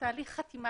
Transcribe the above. תהליך חתימת